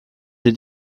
sie